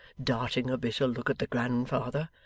darting a bitter look at the grandfather.